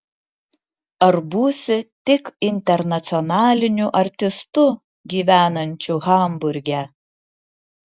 ar būsi tik internacionaliniu artistu gyvenančiu hamburge